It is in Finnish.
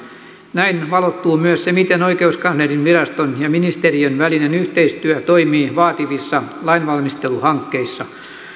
näin valottuu myös se miten oikeuskanslerinviraston ja ministeriön välinen yhteistyö toimii vaativissa lainvalmisteluhankkeissa